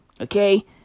okay